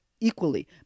equally